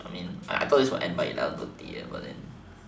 I I mean I thought this will end by eleven thirty but then